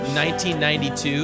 1992